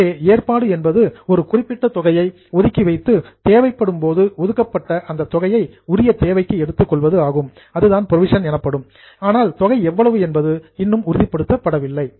எனவே ஏற்பாடு என்பது ஒரு குறிப்பிட்ட தொகையை ஒதுக்கி வைத்து தேவைப்படும் போது ஒதுக்கப்பட்ட அந்த தொகை உரிய தேவைக்கு எடுத்துக் கொள்வது ஆகும் ஆனால் தொகை எவ்வளவு என்பது இன்னும் உறுதிப்படுத்தப்படவில்லை